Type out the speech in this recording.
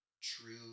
true